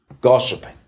gossiping